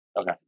Okay